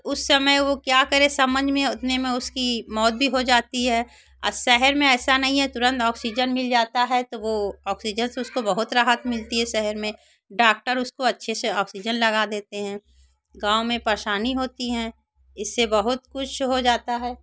उस समय में वे क्या करे समझ में उतने में उसकी मौत भी हो जाती है आ शहर में ऐसा नहीं है तुरंत ऑक्सीजन मिल जाता है तो वे ऑक्सीजन से उसको बहुत राहत मिलती है शहर में डाक्टर उसको अच्छे से ऑक्सीजन लगा देते हैं गाँव में परेशानी होती है इससे बहुत कुछ हो जाता है